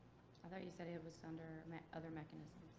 i thought you said it it was under other mechanisms.